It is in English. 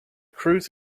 cruise